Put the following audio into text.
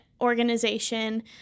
organization